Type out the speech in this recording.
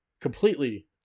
completely